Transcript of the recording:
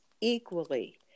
equally